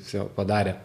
vsio padarė